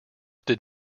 did